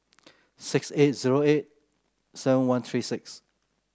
six eight zero eight seven one three six